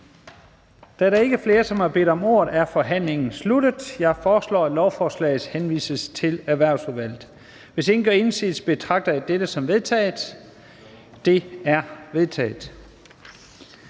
Da der ikke er flere, som har bedt om ordet, er forhandlingen sluttet. Jeg foreslår, at lovforslaget henvises til Erhvervsudvalget. Hvis ingen gør indsigelse, betragter jeg dette som vedtaget. Det er vedtaget.